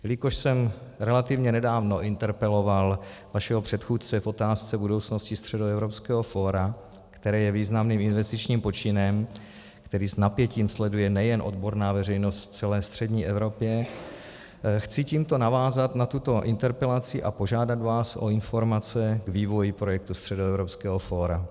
Jelikož jsem relativně nedávno interpeloval vašeho předchůdce v otázce budoucnosti Středoevropského fóra, které je významným investičním počinem, který s napětím sleduje nejen odborná veřejnost v celé střední Evropě, chci tímto navázat na tuto interpelaci a požádat vás o informace o vývoji projektu Středoevropského fóra.